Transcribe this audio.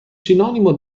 sinonimo